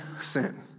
sin